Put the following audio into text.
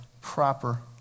proper